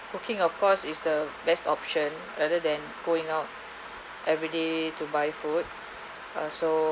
cooking of course is the best option rather than going out every day to buy food uh so